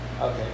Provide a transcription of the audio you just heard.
Okay